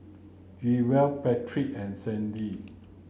Jewell Patrick and Sandy